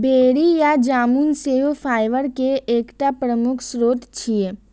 बेरी या जामुन सेहो फाइबर के एकटा प्रमुख स्रोत छियै